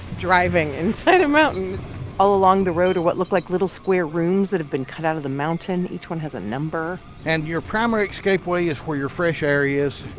driving inside a mountain all along the road are what look like little square rooms that have been cut out of the mountain. each one has a number and your primary escape way is where your fresh are